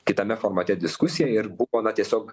kitame formate diskusiją ir buvo na tiesiog